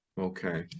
Okay